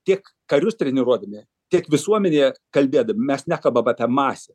tiek karius treniruodami tiek visuomenėj kalbėdami mes nekalbam apie marsą